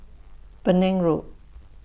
Penang Road